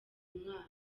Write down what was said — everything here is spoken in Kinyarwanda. umwana